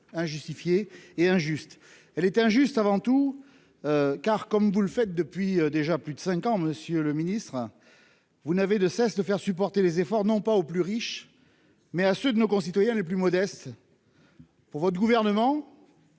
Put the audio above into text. injustifiée et injuste. Elle est injuste avant tout. Car comme vous le faites depuis déjà plus de 5 ans, Monsieur le Ministre. Vous n'avez de cesse de faire supporter les efforts non pas aux plus riches. Mais à ceux de nos concitoyens les plus modestes. Pour votre gouvernement.